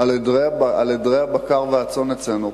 לעדרי הבקר והצאן אצלנו,